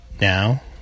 Now